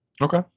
Okay